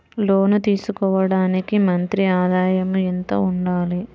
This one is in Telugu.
లోను తీసుకోవడానికి మంత్లీ ఆదాయము ఎంత ఉండాలి?